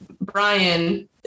Brian